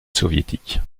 soviétiques